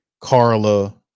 Carla